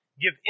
give